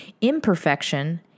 imperfection